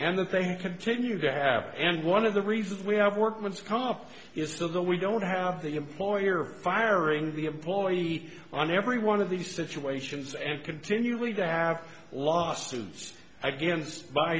they continue to have and one of the reasons we have workman's comp is still that we don't have the employer firing the employee on every one of these situations and continuing to have lawsuits against by